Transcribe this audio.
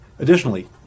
Additionally